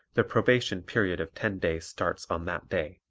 the probation period of ten days starts on that day.